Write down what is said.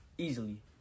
Easily